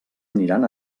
aniran